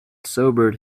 sobered